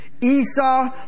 Esau